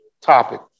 topic